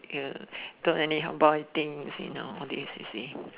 don't anyhow buy thing you see now now all this you see